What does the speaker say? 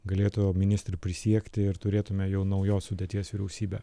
galėtų ministr prisiekti ir turėtume jau naujos sudėties vyriausybę